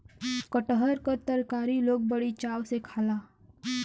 कटहर क तरकारी लोग बड़ी चाव से खाला